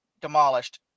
demolished